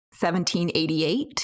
1788